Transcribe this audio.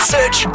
Search